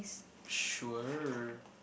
sure